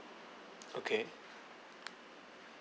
okay